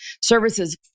services